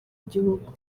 gihugu